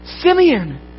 Simeon